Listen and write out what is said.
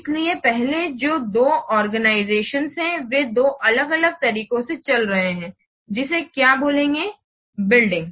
इसलिए पहले जो दो ऑर्गनिज़तिओन्स हैं वे दो अलग अलग तरीकों से चल रहे हैं जिसे क्या बोलेंगे बिल्डिंग